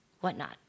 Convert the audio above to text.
whatnot